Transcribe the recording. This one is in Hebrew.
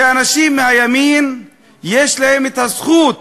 שאנשים מהימין יש להם את הזכות